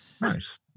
nice